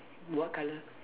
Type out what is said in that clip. what colour